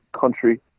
country